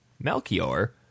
Melchior